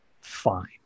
fine